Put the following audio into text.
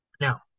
now